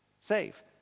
save